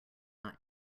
not